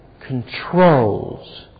controls